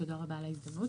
תודה רבה על ההזדמנות.